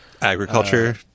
Agriculture